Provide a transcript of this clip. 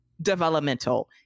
Developmental